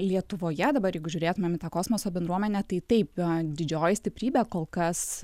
lietuvoje dabar jeigu žiūrėtumėm į tą kosmoso bendruomenę tai taip a didžioji stiprybė kol kas